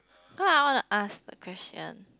cause I wanna ask the question